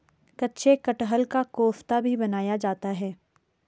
कच्चे कटहल का कोफ्ता भी बनाया जाता है